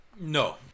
No